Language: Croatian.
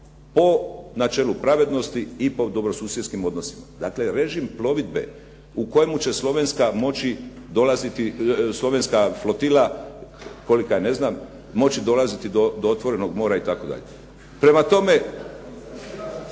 po načelu pravednosti i po dobrosusjedskim odnosima. Dakle, režim plovidbe u kojemu će slovenska moći dolaziti, slovenska flotila kolika je ne znam, moći dolaziti do otvorenog mora itd. Prema tome,